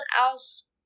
else